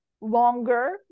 longer